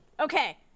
Okay